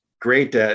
great